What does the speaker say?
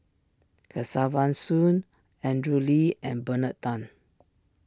Kesavan Soon Andrew Lee and Bernard Tan